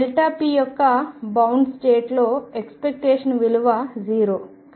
p యొక్క bound state లో expectation విలువ 0